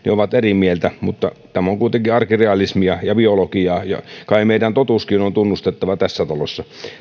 ovat eri mieltä mutta tämä on kuitenkin arkirealismia ja biologiaa ja kai meidän totuuskin on tunnustettava tässä talossa